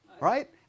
right